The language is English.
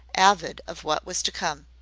avid of what was to come.